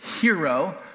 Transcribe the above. hero